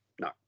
no